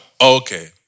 Okay